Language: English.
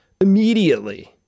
immediately